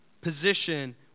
position